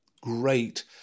great